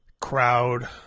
crowd